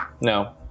No